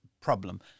problem